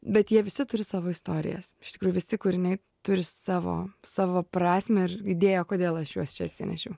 bet jie visi turi savo istorijas iš tikrųjų visi kūriniai turi savo savo prasmę ir idėją kodėl aš juos čia atsinešiau